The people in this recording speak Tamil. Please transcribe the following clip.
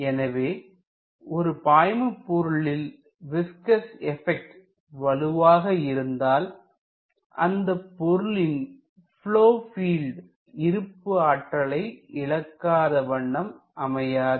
எனவே ஒரு பாய்மபொருளில் விஸ்கஸ் எஃபக்ட் வலுவாக இருந்தால் அந்தப் பொருளின் ப்லொவ் பீல்ட் இருப்பு ஆற்றலை இழக்காத வண்ணம் அமையாது